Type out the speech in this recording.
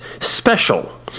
special